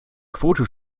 quote